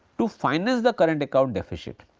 to finance the current account deficit.